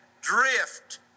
drift